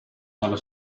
nello